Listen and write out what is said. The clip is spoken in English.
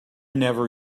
never